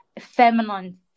feminine